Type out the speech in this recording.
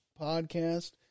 podcast